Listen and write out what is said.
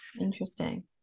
Interesting